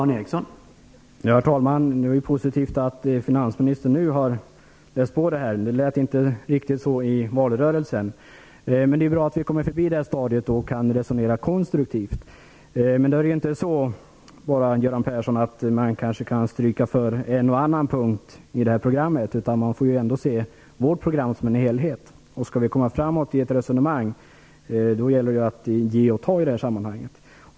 Herr talman! Det är positivt att finansministern nu har läst på detta. Det lät inte riktigt så i valrörelsen. Men det är bra att vi har kommit förbi det stadiet och kan resonera konstruktivt. Göran Persson! Man kanske inte bara kan stryka för en och annan punkt i programmet. Man måste se vårt program som en helhet. Om vi skall komma framåt i resonemanget gäller det att ge och ta.